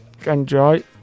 enjoy